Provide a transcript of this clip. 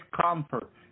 comfort